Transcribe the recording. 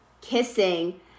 kissing